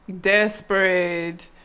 Desperate